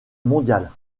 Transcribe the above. mondiale